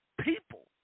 people